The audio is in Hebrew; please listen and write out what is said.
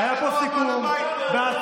חכה רגע.